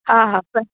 हा हा खपे